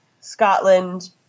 Scotland